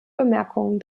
bemerkungen